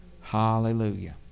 Hallelujah